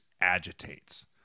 agitates